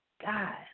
God